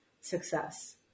success